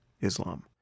Islam